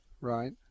Right